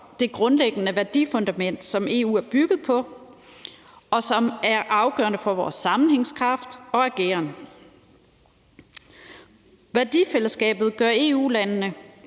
det grundlæggende værdifundament, som EU er bygget på, og som er afgørende for vores sammenhængskraft og ageren. Værdifællesskabet gør EU-landene